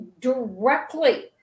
directly